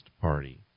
party